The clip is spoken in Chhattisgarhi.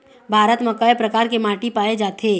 भारत म कय प्रकार के माटी पाए जाथे?